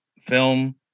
film